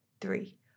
three